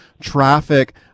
traffic